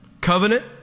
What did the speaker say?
covenant